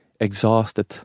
exhausted